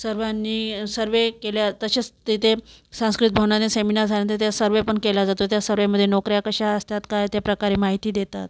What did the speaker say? सर्वांनी सर्वे केल्या तसेच तेथे सांस्कृत भवनाने सेमिनार तेथे सर्वेपण केला जातो त्या सर्वेमध्ये नोकऱ्या कशा असतात काय ते प्रकारे माहिती देतात